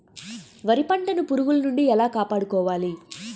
వరి పంటను పురుగుల నుండి ఎలా కాపాడుకోవాలి?